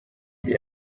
gli